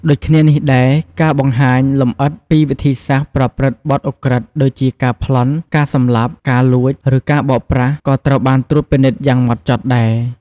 ដូចគ្នានេះដែរ ការបង្ហាញលម្អិតពីវិធីសាស្ត្រប្រព្រឹត្តបទឧក្រិដ្ឋដូចជាការប្លន់ ការសម្លាប់ ការលួច ឬការបោកប្រាស់ ក៏ត្រូវបានត្រួតពិនិត្យយ៉ាងហ្មត់ចត់ដែរ។